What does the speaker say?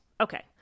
Okay